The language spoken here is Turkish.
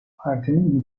partinin